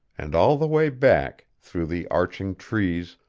and all the way back, through the arching trees,